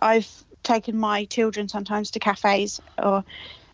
i've taken my children, sometimes, to cafes or